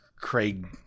Craig